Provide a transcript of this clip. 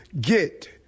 get